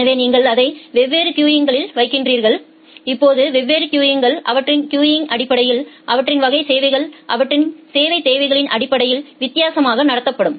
எனவே நீங்கள் அதை வெவ்வேறு கியூ களில் வைக்கிறீர்கள் இப்போது வெவ்வேறு கியூகள் அவற்றின் கியூங்யின் அடிப்படையில் அவற்றின் வகை தேவைகள் அவற்றின் சேவைத் தேவைகளின் அடிப்படையில் வித்தியாசமாக நடத்தப்படும்